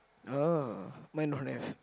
oh mine don't have